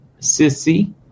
Sissy